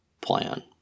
plan